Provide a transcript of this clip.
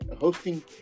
hosting